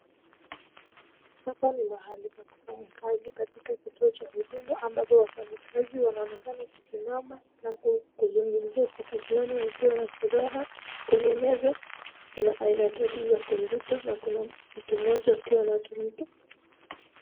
Hapa ni mahali pa kufanya kazi katika kituo cha huduma, ambapo wafanyikazi wanaonekana kusimama na kuzungumzia kitu fulani wakiwa na furaha. Kwenye meza kuna aina tatu za kompyuta na kuna mtu mmoja akiwa anatumia.